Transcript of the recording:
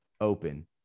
open